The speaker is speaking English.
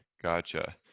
Gotcha